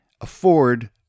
afford